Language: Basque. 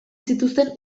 zituzten